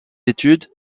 études